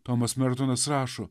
tomas mertonas rašo